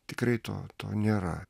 tikrai to to nėra